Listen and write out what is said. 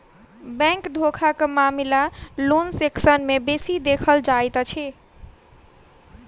bank धोखाक मामिला loan section मे बेसी देखल जाइत अछि